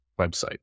website